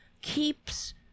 keeps